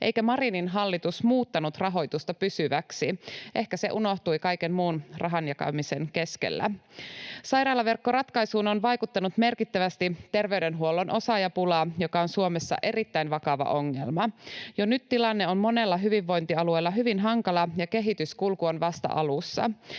eikä Marinin hallitus muuttanut rahoitusta pysyväksi. Ehkä se unohtui kaiken muun rahan jakamisen keskellä. Sairaalaverkkoratkaisuun on vaikuttanut merkittävästi terveydenhuollon osaajapula, joka on Suomessa erittäin vakava ongelma. Jo nyt tilanne on monella hyvinvointialueella hyvin hankala, ja kehityskulku on vasta alussa.